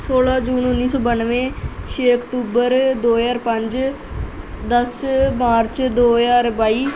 ਸੌਲ੍ਹਾਂ ਜੂਨ ਉੱਨੀ ਸੌ ਬਾਨਵੇਂ ਛੇ ਅਕਤੂਬਰ ਦੋ ਹਜ਼ਾਰ ਪੰਜ ਦਸ ਮਾਰਚ ਦੋ ਹਜ਼ਾਰ ਬਾਈ